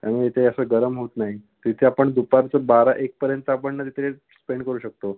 आणि तिथे असं गरम होत नाही तिथे आपण दुपारचं बारा एकपर्यंत आपण तिथे स्पेंड करू शकतो